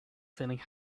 feeling